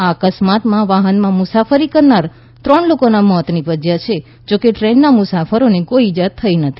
આ અકસ્માતમાં વાહનમાં મુસાફરી કરનાર ત્રણ લોકોના મોત નિપજ્યા છે જોકે ટ્રેનના મુસાફરોને કોઈ ઇજા થઈ નથી